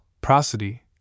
prosody